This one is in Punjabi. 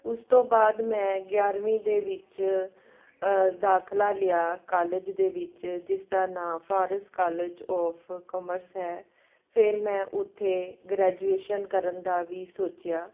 ਉਸ ਤੋਂ ਬਾਅਦ ਮੈਂ ਗਿਆਰਵੀਂ ਦੇ ਵਿੱਚ ਦਾਖਲਾ ਲਿਆ ਕਾਲਜ ਦੇ ਵਿੱਚ ਜਿਸ ਦਾ ਨਾਂ ਫਾਰਸ ਕਾਲਜ ਔਫ ਕਮਰਸ ਹੈ ਫਿਰ ਮੈਂ ਉੱਥੇ ਗ੍ਰੈਜੂਏਸ਼ਨ ਕਰਨ ਦਾ ਵੀ ਸੋਚਿਆ